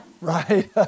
Right